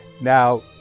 now